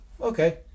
okay